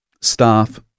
staff